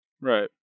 Right